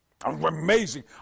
Amazing